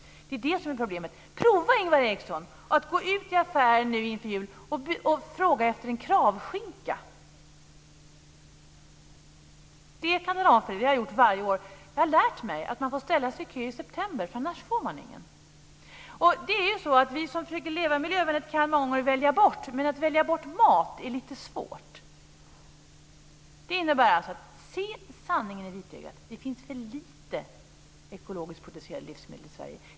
Det är det som är problemet. Prova, Ingvar Eriksson, att gå ut i affärerna nu inför jul och fråga efter en Kravskinka. Det har jag gjort varje år. Jag har lärt mig att man får ställa sig i kö i september, annars får man ingen. Vi som försöker leva miljövänligt kan många gånger välja bort, men det är lite svårt att välja bort mat. Vi måste se sanningen i vitögat. Det finns för lite ekologiskt producerade livsmedel i Sverige.